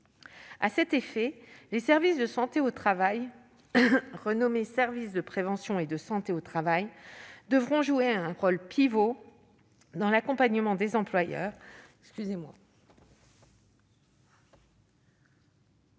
À cet effet, les services de santé au travail, renommés « services de prévention et de santé au travail », devront jouer un rôle pivot dans l'accompagnement des employeurs, tout